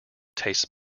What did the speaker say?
tastes